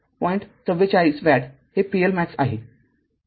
४४ watt हे pLmax आहे